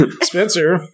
Spencer